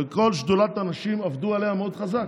וכל שדולת הנשים עבדו עליה מאוד חזק,